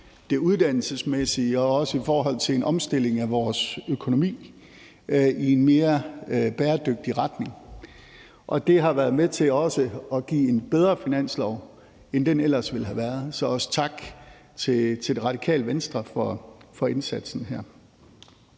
det uddannelsesmæssige og også i forhold til en omstilling af vores økonomi i en mere bæredygtig retning. Det har været med til også at give en bedre finanslov, end den ellers ville have været – så også tak til Radikale Venstre for indsatsen her.